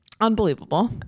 Unbelievable